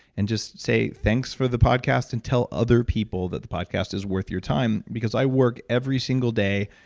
and just say thanks for the podcast and tell other people that the podcast is worth your time because i work every single day,